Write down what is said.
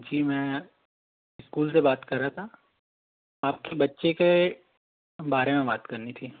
जी मैं स्कूल से बात कर रहा था आपके बच्चे के बारे में बात करनी थी